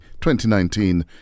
2019